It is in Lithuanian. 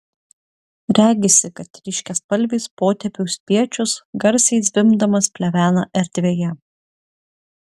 regisi kad ryškiaspalvis potėpių spiečius garsiai zvimbdamas plevena erdvėje